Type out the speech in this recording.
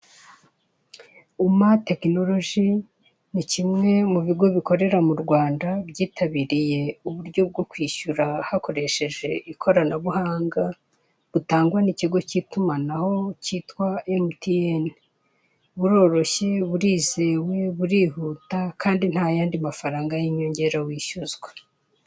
Uma Tekinoloji ni kimwe mu bigo bikorera mu Rwanda byitabiriye uburyo bwo kwishyura hakoresheje ikoranabuhanga butangwa n'ikigio k'itumanaho kitwa emutiyeni buroroshye, burizewe, burihuta kandi ntayandi mafaranga y'inyongera wishyuzwa.